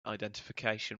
identification